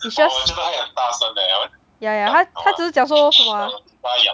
is just yeah yeah 他他只是讲说什么 ah